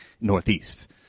northeast